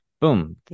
boom